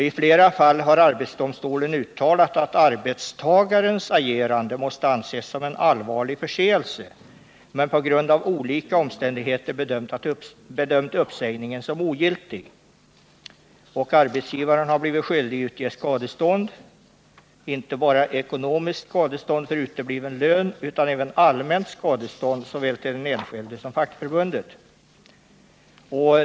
I flera fall har arbetsdomstolen uttalat att arbetstagarens agerande måste anses som en allvarlig förseelse men på grund av olika omständigheter bedömt uppsägningen som ogiltig. Arbetsgivaren har blivit skyldig att utge skadestånd — inte bara ekonomiskt för utebliven lön — utan även allmänt skadestånd såväl till den enskilde som till fackförbundet.